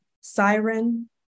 siren